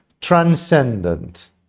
transcendent